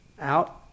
Out